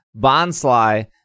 Bonsly